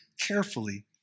carefully